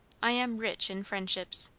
i am rich in friendships,